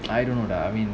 I don't know lah I mean